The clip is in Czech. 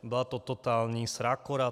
Byla to totální srágora.